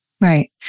Right